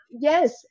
Yes